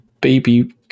Baby